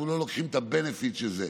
אנחנו לא לוקחים את ה-benefit של זה,